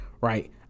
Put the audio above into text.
right